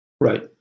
Right